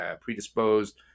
predisposed